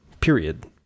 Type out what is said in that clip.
period